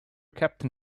captain